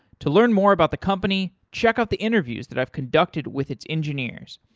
to learn more about the company, check out the interviews that i've conducted with its engineers.